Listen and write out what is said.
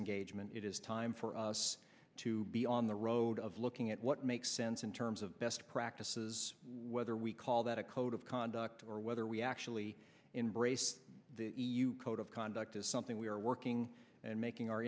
when it is time for us to be on the road of looking at what makes sense in terms of best practices whether we call that a code of conduct or whether we actually embrace the code of conduct is something we're working and making our